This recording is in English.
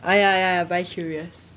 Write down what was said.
orh ya ya ya bi curious